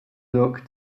look